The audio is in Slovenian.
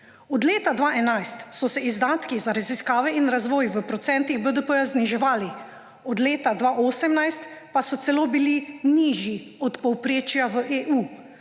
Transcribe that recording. Od leta 2011 so se izdatki za raziskave in razvoj v procentih BDP zniževali, od leta 2018 pa so bili celo nižji od povprečja v EU,